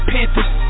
Panthers